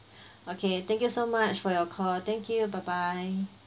okay thank you so much for your call thank you bye bye